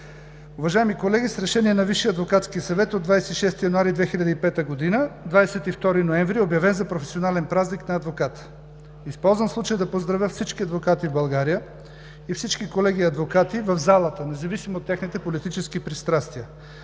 Уважаеми колеги, с Решение на Висшия адвокатски съвет от 26 януари 2005 г. 22 ноември е обявен за професионален празник на адвокатите. Използвам случая да поздравя всички адвокати в България и всички колеги адвокати в залата, независимо от техните политически пристрастия,